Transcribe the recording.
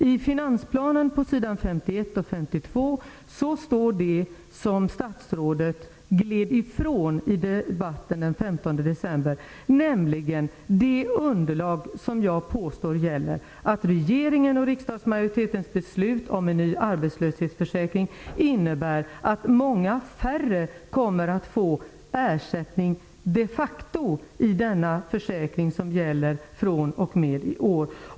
I finansplanen på s. 51 och 52 står det att läsa om det som statsrådet gled ifån i debatten den 15 december, nämligen det underlag som jag påstår gäller, dvs. att regeringens och riksdagsmajoritetens beslut om en ny arbetslöshetsförsäkring innebär att många färre de facto kommer att få ersättning enligt denna försäkring, som gäller fr.o.m. i år.